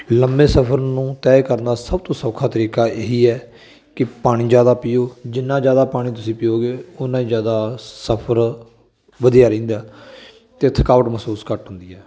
ਲੰਮਾ ਸਫ਼ਰ ਨੂੰ ਤੈਅ ਕਰਨ ਦਾ ਸਭ ਤੋਂ ਸੌਖਾ ਤਰੀਕਾ ਇਹੀ ਹੈ ਕਿ ਪਾਣੀ ਜ਼ਿਆਦਾ ਪੀਓ ਜਿੰਨਾਂ ਜ਼ਿਆਦਾ ਪਾਣੀ ਤੁਸੀਂ ਪੀਓਗੇ ਉਨਾਂ ਹੀ ਜ਼ਿਆਦਾ ਸਫ਼ਰ ਵਧੀਆ ਰਹਿੰਦਾ ਅਤੇ ਥਕਾਵਟ ਮਹਿਸੂਸ ਘੱਟ ਹੁੰਦੀ ਹੈ